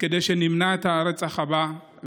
כדי שנמנע את הרצח הבא,